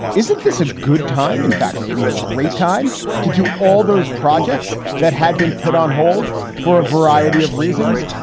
isn't this a good time? in fact, maybe a great time to do all those projects that had been put on hold for a variety of reasons?